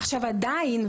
עדיין,